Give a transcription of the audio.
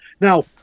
Now